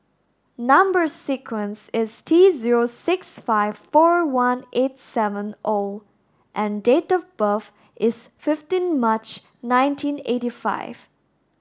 number sequence is T zero six five four one eight seven O and date of birth is fifteen March nineteen eighty five